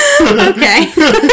Okay